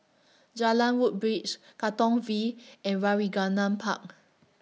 Jalan Woodbridge Katong V and Park